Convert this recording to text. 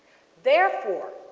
therefore,